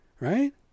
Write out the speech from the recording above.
right